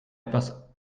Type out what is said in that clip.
etwas